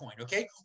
okay